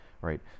Right